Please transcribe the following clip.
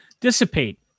dissipate